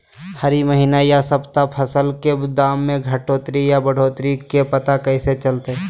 हरी महीना यह सप्ताह फसल के दाम में घटोतरी बोया बढ़ोतरी के पता कैसे चलतय?